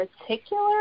particular